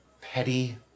petty